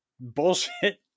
bullshit